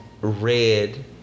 red